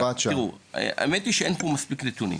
תראו, האמת היא שאין פה מספיק נתונים.